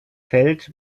feld